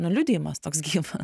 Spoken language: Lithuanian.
na liudijimas toks gyvas